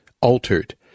altered